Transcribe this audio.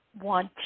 want